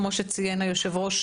כמו שציין היושב-ראש,